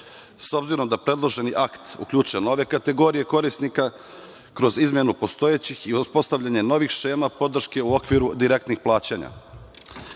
S obzirom da predloženi akt uključuje nove kategorije korisnika, kroz izmenu postojećih i uspostavljanje novih šema podrške u okviru direktnih plaćanja. Članom